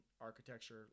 architecture